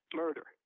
murder